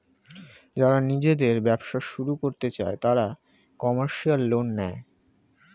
যারা নিজেদের ব্যবসা শুরু করতে চায় তারা কমার্শিয়াল লোন নেয়